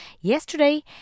Yesterday